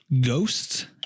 ghosts